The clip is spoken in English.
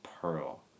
Pearl